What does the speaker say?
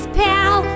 pal